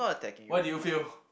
why do you fail